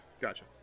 Gotcha